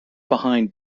behind